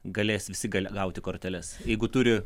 galės visi gali gauti korteles jeigu turi